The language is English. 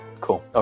Cool